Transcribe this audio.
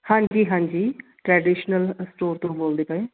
ਹਾਂਜੀ ਹਾਂਜੀ traditional store ਤੋਂ ਬੋਲਦੇ ਪਏ